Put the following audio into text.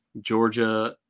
Georgia